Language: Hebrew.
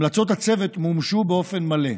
המלצות הצוות מומשו באופן מלא.